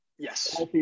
Yes